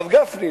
הרב גפני,